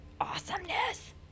awesomeness